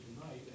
tonight